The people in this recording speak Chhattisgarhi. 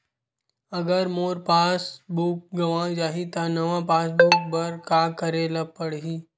अगर मोर पास बुक गवां जाहि त नवा पास बुक बर का करे ल पड़हि?